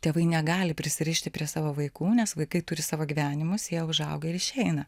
tėvai negali prisirišti prie savo vaikų nes vaikai turi savo gyvenimus jie užauga ir išeina